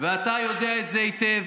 ואתה יודע את זה היטב,